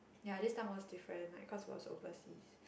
ya this time was different like because like it was overseas